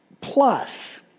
Plus